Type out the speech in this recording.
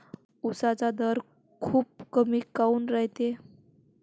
उसाचा दर खूप कमी काऊन रायते?